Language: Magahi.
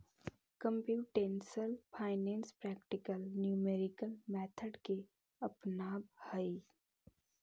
computational finance practical numerical method के अपनावऽ हई